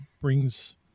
brings